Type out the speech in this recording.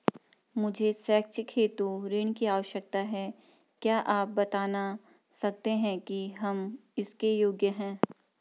मुझे शैक्षिक हेतु ऋण की आवश्यकता है क्या आप बताना सकते हैं कि हम इसके योग्य हैं?